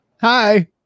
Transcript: hi